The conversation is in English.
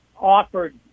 offered